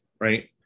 right